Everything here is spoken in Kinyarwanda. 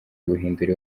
guhindura